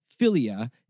Philia